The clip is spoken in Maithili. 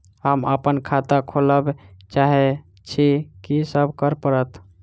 हम अप्पन खाता खोलब चाहै छी की सब करऽ पड़त?